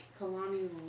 Kalani